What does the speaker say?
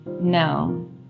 No